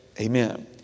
amen